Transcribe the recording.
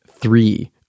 three